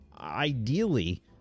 Ideally